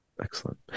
Excellent